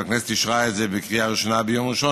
והכנסת אישרה את זה בקריאה ראשונה ביום שני,